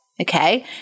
okay